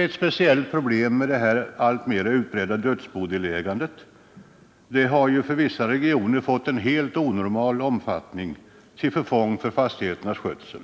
Ett speciellt problem utgör även det alltmer utbredda dödsbodelägandet. Detta har för vissa regioner fått en helt onormal omfattning till förfång för fastigheternas skötsel.